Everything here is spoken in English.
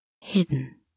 hidden